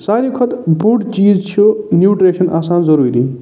سارِوی کھۄتہٕ بوٚڈ چیٖز چھِ نیوٗٹریشَن آسان ضوٚروٗری